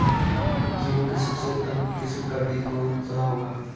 गेहूँ की सबसे उत्तम किस्म का बीज कौन सा होगा?